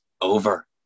over